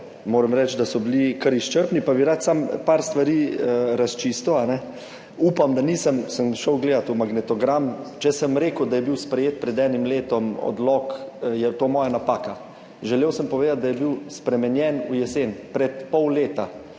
Moram reči, da so bili kar izčrpni, pa bi rad samo par stvari razčistil. Upam, da nisem, sem šel gledati v magnetogram, če sem rekel, da je bil sprejet pred enim letom odlok, je to moja napaka. Želel sem povedati, da je bil spremenjen v jesen, pred pol leta